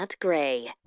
Gray